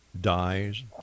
dies